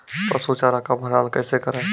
पसु चारा का भंडारण कैसे करें?